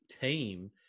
team